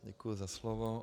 Děkuji za slovo.